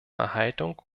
erhaltung